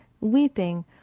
weeping